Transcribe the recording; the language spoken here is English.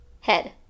Head